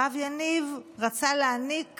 הרב יניב רצה להעניק